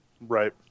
Right